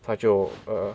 他就 err